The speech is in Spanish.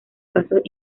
casos